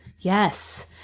Yes